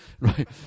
Right